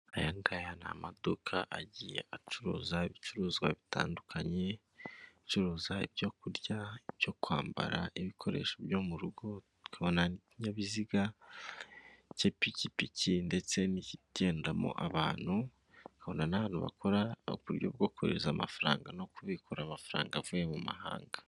Aya ngaya ni amaduka agiye acuruza ibicuruzwa bitandukanye acururuza ibyo kurya, ibyo kwambara, ibikoresho byo mu rugo, tukabona n'ikinyabiziga cy'ipikipiki ndetse n'ikigendamo abantu, tukabona n'ahantu bakora uburyo bwo kohereza amafaranga no kubikura amafaranga avuye mu mahanga.